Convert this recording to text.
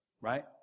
right